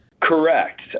Correct